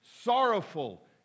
sorrowful